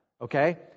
Okay